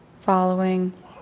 Following